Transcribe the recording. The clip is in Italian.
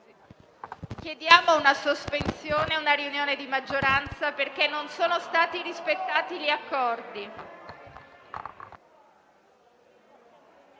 chiediamo una sospensione e una riunione di maggioranza perché non sono stati rispettati gli accordi.